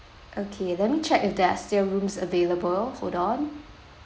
okay let me check if there are still rooms available hold on